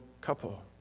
couple